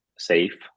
safe